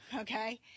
okay